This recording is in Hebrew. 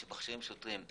כשמכשירים שוטרים,